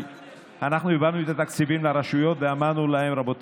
יחסי מרות, יחסי עבודה.